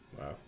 wow